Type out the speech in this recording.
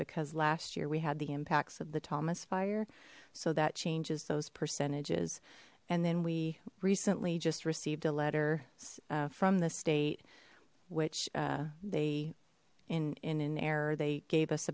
because last year we had the impacts of the thomas fire so that changes those percentages and then we recently just received a letter from the state which they in in an error they gave us